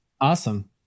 Awesome